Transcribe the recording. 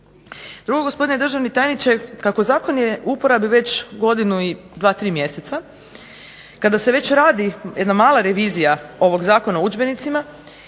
Drugo, gospodine državni tajniče kako je zakon u uporabi već godinu i 2, 3 mjeseca, kada se već radi jedna mala revizija ovoga Zakona o udžbenicima,